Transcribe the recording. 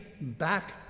back